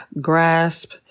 grasp